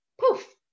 Poof